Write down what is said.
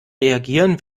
reagieren